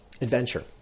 adventure